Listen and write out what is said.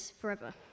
forever